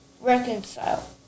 reconcile